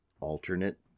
alternate